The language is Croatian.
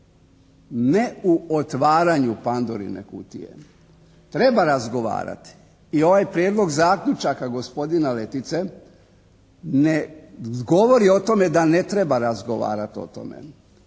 ne u otvaranju Pandorine kutije. Treba razgovarati i ovaj Prijedlog zaključaka gospodina Letice ne govori o tome da ne treba razgovarati o tome.